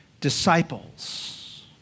disciples